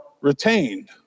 retained